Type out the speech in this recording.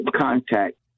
contact